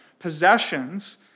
possessions